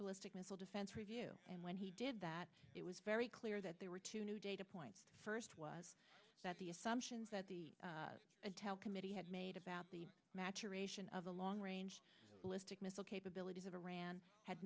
ballistic missile defense review and when he did that it was very clear that there were two new data points first was that the assumptions that the intel committee had made about the maturation of the long range ballistic missile capabilities of iran had